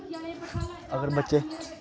अगर बच्चे